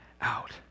out